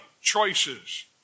choices